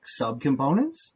subcomponents